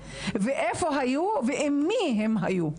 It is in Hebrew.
איפה היו ועם מי נעשו.